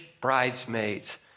bridesmaids